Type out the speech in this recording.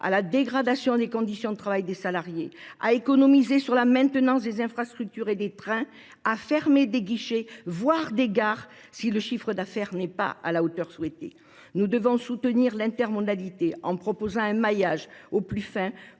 à la dégradation des conditions de travail des salariés, à économiser sur la maintenance des infrastructures et des trains, à fermer des guichets, voire des gares si le chiffre d'affaires n'est pas à la hauteur souhaitée. Nous devons soutenir l'intermonalité en proposant un maillage au plus fin